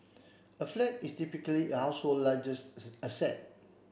a flat is typically a household's largest asset